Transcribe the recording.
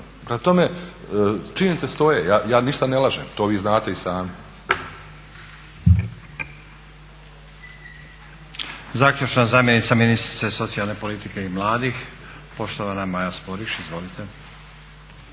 tome, činjenice stoje, ja ništa ne lažem, to vi znate i sami.